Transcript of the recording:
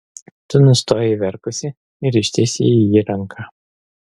tu nustojai verkusi ir ištiesei į jį ranką